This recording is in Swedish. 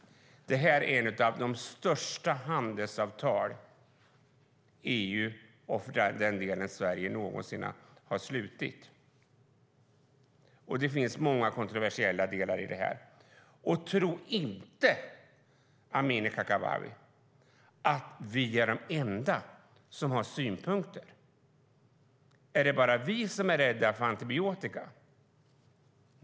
Detta är ett av de största handelsavtal som EU, och för den delen Sverige, någonsin har slutit. Det finns många kontroversiella delar i detta. Tro inte, Amineh Kakabaveh, att vi är de enda som har synpunkter. Är det bara vi som är rädda för antibiotika?